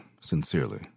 Sincerely